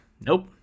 Nope